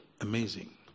amazing